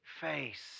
face